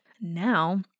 Now